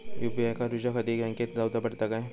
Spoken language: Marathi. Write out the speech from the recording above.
यू.पी.आय करूच्याखाती बँकेत जाऊचा पडता काय?